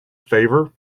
favor